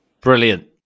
Brilliant